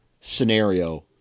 scenario